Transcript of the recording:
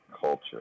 culture